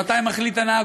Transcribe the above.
מתי מחליט הנהג,